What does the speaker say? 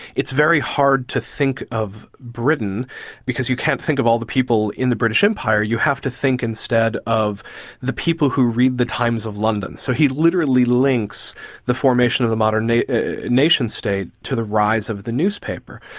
it's very hard to think of britain because you can't think of all the people in the british empire, you have to think instead of the people who read the times of london. so he literally links the formation of the modern nation-state to the rise of the newspaper.